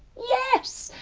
yes!